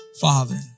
Father